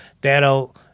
that'll